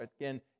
again